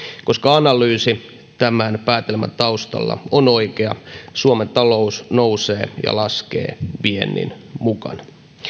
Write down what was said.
koska analyysi tämän päätelmän taustalla on oikea suomen talous nousee ja laskee viennin mukana